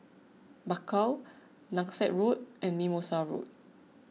Bakau Langsat Road and Mimosa Road